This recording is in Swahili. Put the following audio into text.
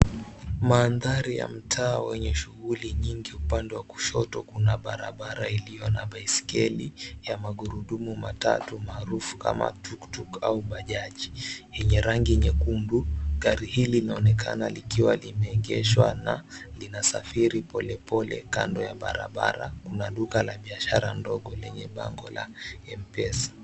Mandhari ya mtaa wenye shughuli nyingi. Upande wa kushoto kuna barabara iliyo na baiskeli ya magurudumu matatu maharufu kama tukutuku au bajaji yenye rangi nyekundu. Gari hili linaonekana likiwa limeegeshwa na inasafiri polepole . Kando ya barabara kuna duka la biashara ndogo lenye bango la Mpesa.